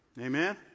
Amen